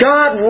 God